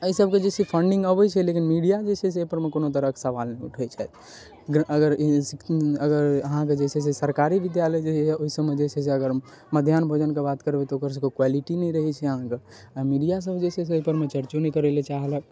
एहि सबके जे छै से फन्डिंग अबै छै लेकिन मीडिया जे छै से एहिपरमे कोनो तरहक सबाल नहि उठबै छथि अगर अगर अहाँके जे छै से सरकारी बिद्यालय जे होइया ओहिसब मे जे छै से अगर मध्याह्न भोजनके बात करबै तऽ ओकर सबके क्वालिटी नहि रहै छै अहाँके आ मीडिया सब जे छै एहिपरमे चर्चाे नहि करै लए चाहलक